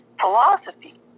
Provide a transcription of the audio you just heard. philosophy